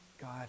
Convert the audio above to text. God